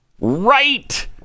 Right